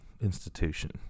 institution